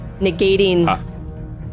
negating